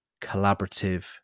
collaborative